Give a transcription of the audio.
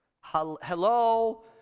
Hello